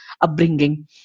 upbringing